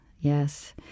Yes